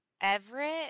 everett